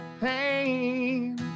pain